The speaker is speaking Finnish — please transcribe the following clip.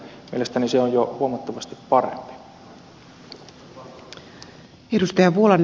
mielestäni se on jo huomattavasti parempi